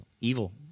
Evil